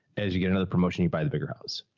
as you get another promotion, you buy the bigger house.